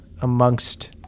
amongst